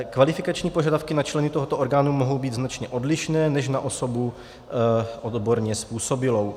Kvalifikační požadavky na členy tohoto orgánu mohou být značně odlišné než na osobu odborně způsobilou.